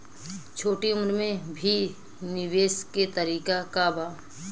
छोटी उम्र में भी निवेश के तरीका क बा?